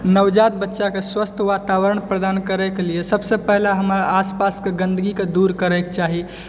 नवजात बच्चाकेँ स्वस्थ्य वातावरण प्रदान करयके लिए सबसॅं पहिने हमर आसपासके गन्दगीके दूर करैके चाही